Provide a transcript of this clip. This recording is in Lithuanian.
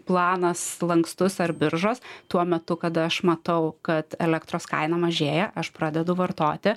planas lankstus ar biržos tuo metu kada aš matau kad elektros kaina mažėja aš pradedu vartoti